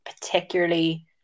particularly